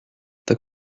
the